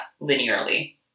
linearly